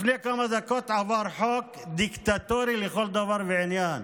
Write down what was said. לפני כמה דקות עבר חוק דיקטטורי לכל דבר ועניין,